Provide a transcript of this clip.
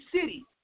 city